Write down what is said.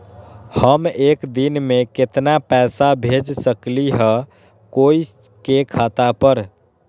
हम एक दिन में केतना पैसा भेज सकली ह कोई के खाता पर?